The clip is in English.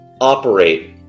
operate